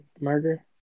murder